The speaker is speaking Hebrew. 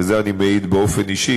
וזה אני מעיד באופן אישי,